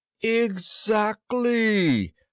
Exactly